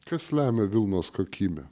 kas lemia vilnos kokybę